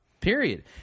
period